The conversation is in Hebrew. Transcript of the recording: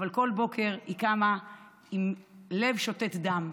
אבל כל בוקר היא קמה עם לב שותת דם.